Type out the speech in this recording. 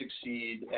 succeed